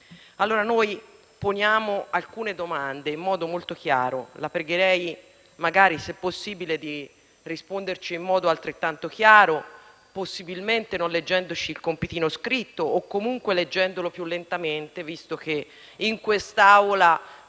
noi le poniamo alcune domande in modo molto chiaro e la pregherei, se possibile, di risponderci in modo altrettanto chiaro, possibilmente non leggendoci il compitino scritto o comunque leggendolo più lentamente, visto che in quest'Aula si